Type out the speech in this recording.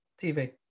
TV